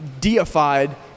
deified